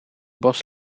bos